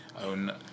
own